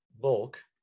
bulk